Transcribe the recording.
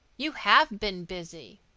you have been busy.